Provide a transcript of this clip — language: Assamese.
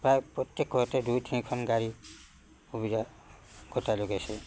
প্ৰায় প্ৰত্যেক ঘৰতে দুই তিনিখন গাড়ী সুবিধা গোটাই লগাইছে